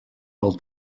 del